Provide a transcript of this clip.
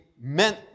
meant